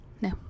No